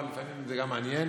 אבל לפעמים זה גם מעניין